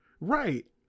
Right